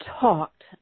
talked